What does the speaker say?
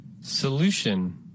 Solution